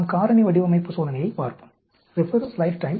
நாம் காரணி வடிவமைப்பு சோதனையைப் பார்ப்போம்